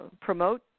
promote